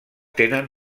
tenen